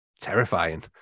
terrifying